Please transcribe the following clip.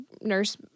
nurse